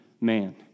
man